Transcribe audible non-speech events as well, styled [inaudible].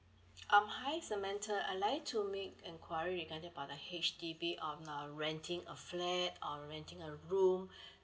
um hi samantha I'd like make enquiry regarding about the H_D_B um uh renting a flat or renting a room [breath]